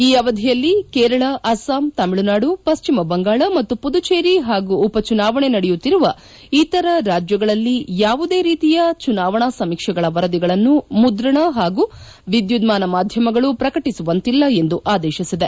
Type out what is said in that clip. ಈ ಅವಧಿಯಲ್ಲಿ ಕೇರಳ ಅಸ್ಲಾಂ ತಮಿಳುನಾಡು ಪಶ್ಚಿಮ ಬಂಗಾಳ ಮತ್ತು ಮದುಚೇರಿ ಪಾಗೂ ಉಪಚುನಾವಣೆ ನಡೆಯುತ್ತಿರುವ ಇತರ ರಾಜ್ಯಗಳಲ್ಲಿ ಯಾವುದೇ ರೀತಿಯ ಚುನಾವಣಾ ಸಮೀಕ್ಷೆಗಳ ವರದಿಗಳನ್ನು ಮುದ್ರಣ ಹಾಗೂ ವಿದ್ಯುನ್ಮಾನ ಮಾಧ್ಯಮಗಳು ಪ್ರಕಟಿಸುವಂತಿಲ್ಲ ಎಂದು ಆದೇತಿಸಿದೆ